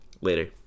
Later